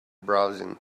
browsing